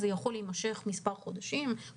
זה יכול להימשך חודשיים-שלושה,